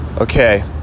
Okay